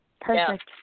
Perfect